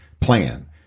plan